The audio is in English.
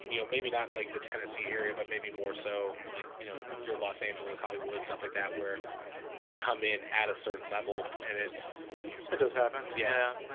you know maybe not and like the tennessee area but maybe more so like, you know you're los angeles hollywood stuff like that where they come in at a certain level and it's that does happen. yeah